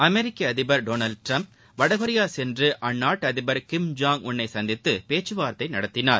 அமெிக்க அதிபர் Donald Trump வடகொரியா சென்று அந்நாட்டு அதிபர் கிம் ஜாங் உன் ஐ சந்தித்து பேச்சுவார்த்தை நடத்தினார்